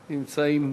הם נמצאים.